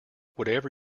whatever